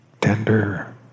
tender